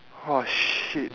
!wah! shit